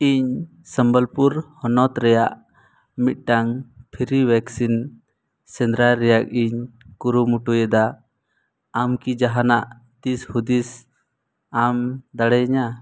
ᱤᱧ ᱥᱚᱢᱵᱚᱞᱯᱩᱨ ᱦᱚᱱᱚᱛ ᱨᱮᱭᱟᱜ ᱢᱤᱫᱴᱟᱝ ᱯᱷᱤᱨᱤ ᱵᱷᱮᱠᱥᱤᱱ ᱥᱮᱸᱫᱽᱨᱟᱭ ᱨᱮᱭᱟᱜ ᱤᱧ ᱠᱩᱨᱩᱢᱩᱴᱩᱭᱮᱫᱟ ᱟᱢ ᱠᱤ ᱡᱟᱦᱟᱱᱟᱜ ᱫᱤᱥ ᱦᱩᱫᱤᱥ ᱟᱢ ᱫᱟᱲᱮᱭᱟᱹᱧᱟᱹ